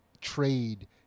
trade